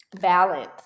Balance